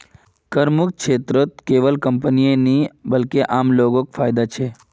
करमुक्त क्षेत्रत केवल कंपनीय नी बल्कि आम लो ग को फायदा छेक